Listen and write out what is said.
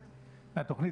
חבריי,